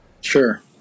Sure